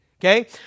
okay